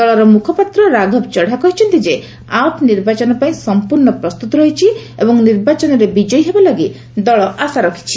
ଦଳର ମୁଖପାତ୍ର ରାଘବ ଚଢା କହିଛନ୍ତି ଯେ ଆପ୍ ନିର୍ବାଚନ ପାଇଁ ସଂପୂର୍ଣ୍ଣ ପ୍ରସ୍ତୁତ ରହିଛି ଏବଂ ନିର୍ବାଚନରେ ବିଜୟୀ ହେବା ଲାଗି ଦଳ ଆଶା ରଖିଛି